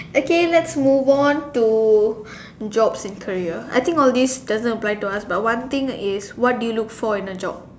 okay let's move on to jobs and career I think all these doesn't apply to us but one thing is what do you look for in a job